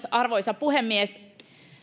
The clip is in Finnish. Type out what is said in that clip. arvoisa puhemies